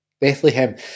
Bethlehem